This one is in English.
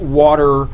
water